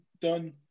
done